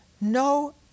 no